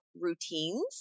routines